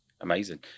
Amazing